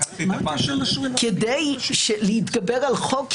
כדי להתגבר על חוק,